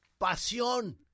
pasión